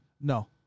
No